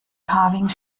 carving